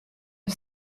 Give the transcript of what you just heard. een